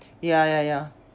yeah yeah yeah